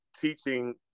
teaching